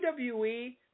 WWE